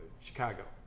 Chicago